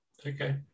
okay